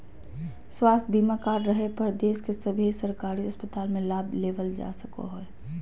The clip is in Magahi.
स्वास्थ्य बीमा कार्ड रहे पर देश के सभे सरकारी अस्पताल मे लाभ लेबल जा सको हय